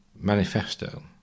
manifesto